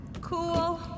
Cool